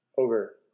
Over